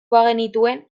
bagenituen